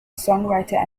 songwriter